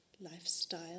lifestyle